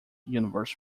universe